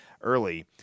early